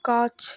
গাছ